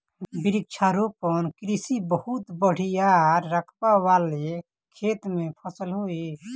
वृक्षारोपण कृषि बहुत बड़ियार रकबा वाले खेत में सफल होई